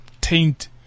taint